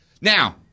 Now